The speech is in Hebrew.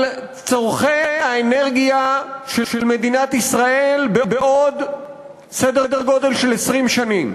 צורכי האנרגיה של מדינת ישראל בעוד כ-20 שנים.